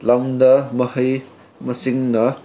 ꯂꯝꯗ ꯃꯍꯩ ꯃꯁꯤꯡꯅ